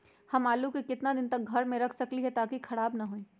हम आलु को कितना दिन तक घर मे रख सकली ह ताकि खराब न होई?